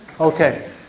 Okay